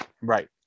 Right